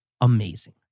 amazing